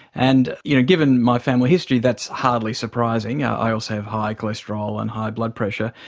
and you know given my family history, that's hardly surprising. i also have high cholesterol and high blood pressure.